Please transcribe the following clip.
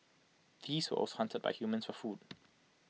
these also hunted by humans for food